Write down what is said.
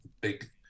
big